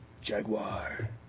Jaguar